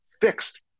fixed